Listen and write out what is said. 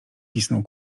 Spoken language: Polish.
pisnął